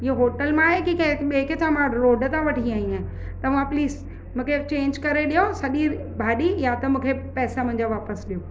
इहो होटल मां आहे की ॿिए किथा मां रोड था वठी आहीं आहियां तव्हां प्लीज़ मूंखे चेंज करे ॾियो सॼी भाॼी या त मूंखे पैसा मुंहिंजा वापसि ॾियो